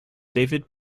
david